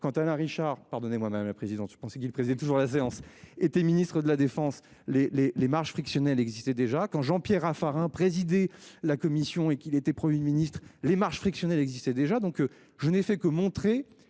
quand Alain Richard pardonnez-moi madame la présidente, je pensais qu'il présidait toujours la séance était ministre de la Défense, les les les marges frictionnel existait déjà quand Jean-Pierre Raffarin présidé la commission et qu'il était 1er ministre les marges frictionnel existait déjà, donc je n'ai fait que montrer.